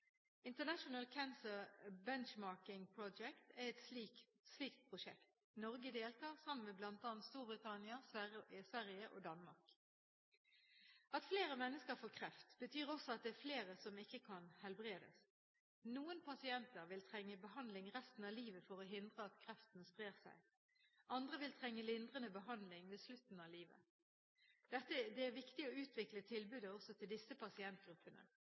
International Cancer Benchmarking Project er et slikt prosjekt. Norge deltar sammen med bl.a. Storbritannia, Sverige og Danmark. At flere mennesker får kreft, betyr også at det blir flere som ikke kan helbredes. Noen pasienter vil trenge behandling resten av livet for å forhindre at kreften sprer seg. Andre vil trenge lindrende behandling ved slutten av livet. Det er viktig å utvikle tilbudet til også disse pasientgruppene.